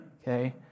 Okay